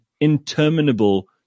interminable